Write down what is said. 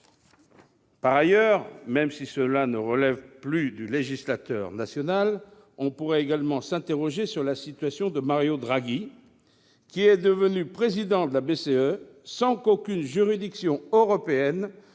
Par ailleurs, même si cette question ne relève plus du législateur national, on pourrait également s'interroger sur la situation de Mario Draghi, qui est devenu président de la BCE sans qu'aucune juridiction européenne